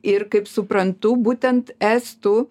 ir kaip suprantu būtent estų